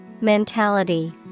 Mentality